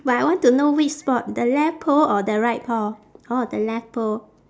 but I want to know which spot the left pole or the right pole orh the left pole